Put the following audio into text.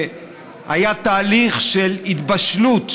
היה תהליך של התבשלות,